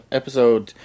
episode